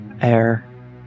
Air